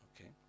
Okay